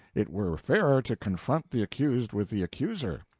it were fairer to confront the accused with the accuser.